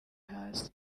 hasi